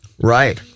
Right